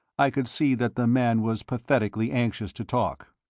i could see that the man was pathetically anxious to talk.